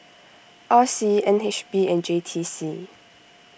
R C N H B and J T C